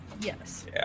yes